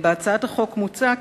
בהצעת החוק מוצע,